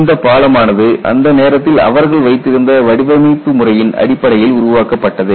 இந்த பாலமானது அந்த நேரத்தில் அவர்கள் வைத்திருந்த வடிவமைப்பு முறையின் அடிப்படையில் உருவாக்கப்பட்டது